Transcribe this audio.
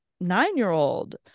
nine-year-old